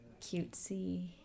cutesy